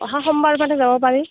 অহা সোমবাৰ মানে যাব পাৰি